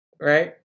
right